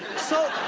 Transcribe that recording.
so